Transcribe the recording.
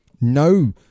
no